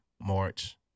March